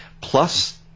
plus